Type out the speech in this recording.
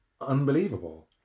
unbelievable